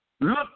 Look